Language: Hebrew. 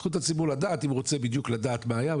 זכות הציבור לדעת אם הוא רוצה בדיוק לדעת מה היה,